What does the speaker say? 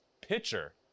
pitcher